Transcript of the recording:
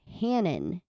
Hannon